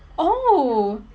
oh